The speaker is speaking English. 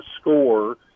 score